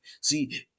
See